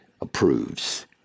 approves